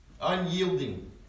Unyielding